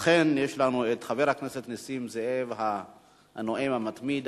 אכן, יש לנו את חבר הכנסת נסים זאב, הנואם המתמיד.